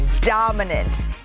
dominant